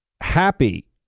happy